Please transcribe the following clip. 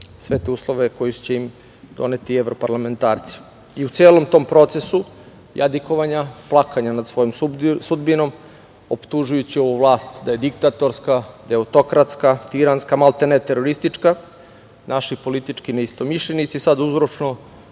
sve te uslove koji će im doneti evroparlamentarci. I u celom tom procesu jadikovanja, plakanja na svojom sudbinom optužujući ovu vlast da je diktatorska, da je autokratska, tiranska maltene, teroristička, naši politički neistomišljenici sada